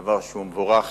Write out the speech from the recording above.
דבר שהוא מבורך.